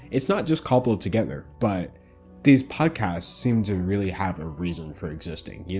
it's not just cobbled together, but these podcasts seemed to really have a reason for existing. you